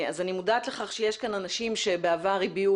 אני מודעת לכך שיש כאן אנשים שבעבר הביעו